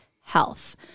health